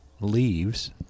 leaves